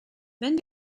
wenn